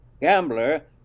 gambler